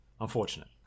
unfortunate